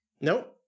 Nope